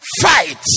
fight